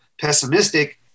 pessimistic